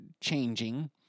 changing